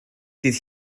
dydd